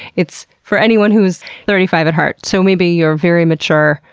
it's for anyone who's thirty five at heart. so maybe you're very mature,